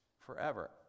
forever